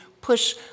push